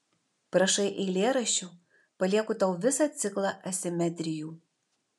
prašai eilėraščių palieku tau visą ciklą asimetrijų